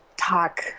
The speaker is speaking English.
talk